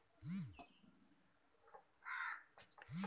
जे शेयर मालिकक नाओ सँ जारी कएल जाइ छै रजिस्टर्ड शेयर कहल जाइ छै